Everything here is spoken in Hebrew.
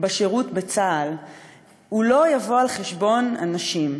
בשירות בצה"ל לא יבוא על חשבון הנשים,